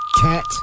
cat